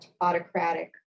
autocratic